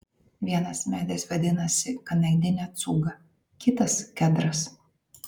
vienas medis vadinasi kanadinė cūga kitas kedras